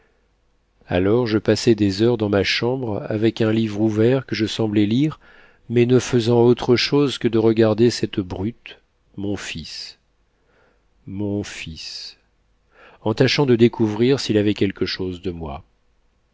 alors je passai des heures dans ma chambre avec un livre ouvert que je semblais lire mais ne faisant autre chose que de regarder cette brute mon fils mon fils en tâchant de découvrir s'il avait quelque chose de moi